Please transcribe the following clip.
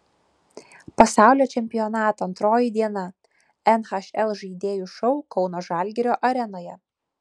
pasaulio čempionato antroji diena nhl žaidėjų šou kauno žalgirio arenoje